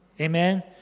Amen